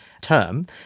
Term